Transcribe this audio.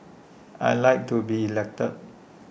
I Like to be elected